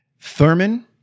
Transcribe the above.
Thurman